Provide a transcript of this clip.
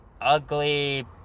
ugly